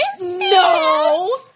No